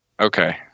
Okay